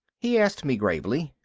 he asked me gravely,